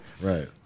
Right